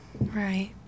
right